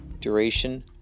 Duration